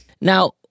Now